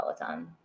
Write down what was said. peloton